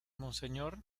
monseñor